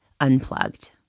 Unplugged